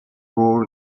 roll